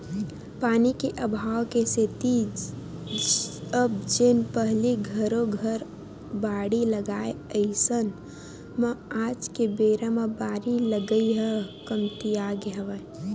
पानी के अभाव के सेती अब जेन पहिली घरो घर बाड़ी लगाय अइसन म आज के बेरा म बारी लगई ह कमतियागे हवय